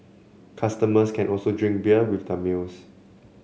customers can also drink beer with their meals